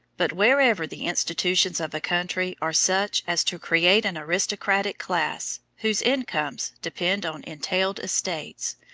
but wherever the institutions of a country are such as to create an aristocratic class, whose incomes depend on entailed estates,